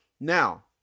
Now